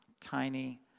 tiny